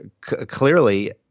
clearly